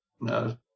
No